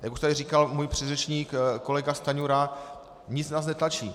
Jak už tady říkal můj předřečník kolega Stanjura, nic nás netlačí.